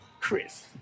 Chris